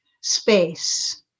space